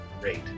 great